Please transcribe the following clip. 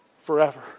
forever